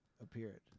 appeared